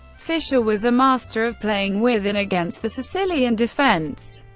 fischer was a master of playing with, and against, the sicilian defense.